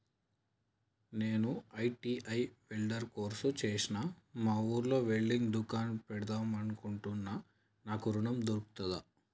నేను ITI welder course చేశ్న మా ఊర్లో వెల్డింగ్ దుకాన్ పెడదాం అనుకుంటున్నా నాకు ఋణం దొర్కుతదా?